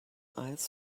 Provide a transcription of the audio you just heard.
eyes